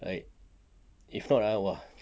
like if not ah !wah!